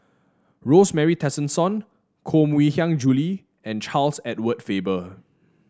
Rosemary Tessensohn Koh Mui Hiang Julie and Charles Edward Faber